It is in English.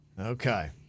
Okay